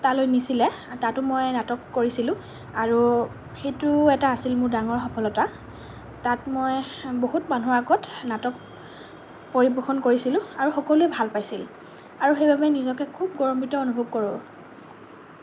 তালৈ নিছিলে তাতো মই নাটক কৰিছিলোঁ আৰু সেইটো এটা আছিল মোৰ ডাঙৰ সফলতা তাত মই বহুত মানুহৰ আগত নাটক পৰিৱেশন কৰিছিলোঁ আৰু সকলোৱে ভাল পাইছিল আৰু সেইবাবে নিজকে খুব গৌৰৱান্বিত অনুভৱ কৰোঁ